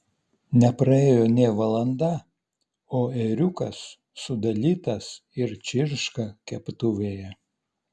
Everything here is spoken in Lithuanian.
nepraėjo nė valanda o ėriukas sudalytas ir čirška keptuvėje